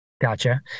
Gotcha